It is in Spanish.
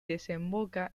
desemboca